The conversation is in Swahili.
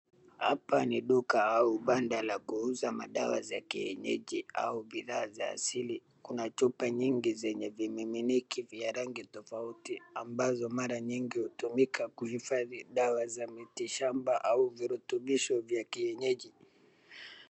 Hapa ni duka au banda la kuuza madawa za kienyeji au bidhaa za asili. Kuna chupa nyingi zenye vimiminiki vya rangi tofauti ambazo mara nyingi hutumika kuhifadhi dawa za mitishamba au virutubisho vya kienyeji.